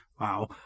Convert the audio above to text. wow